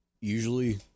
Usually